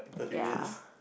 ya